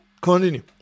Continue